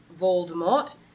Voldemort